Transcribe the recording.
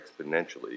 exponentially